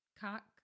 Cock